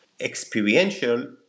Experiential